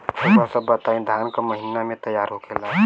रउआ सभ बताई धान क महीना में तैयार होखेला?